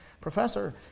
Professor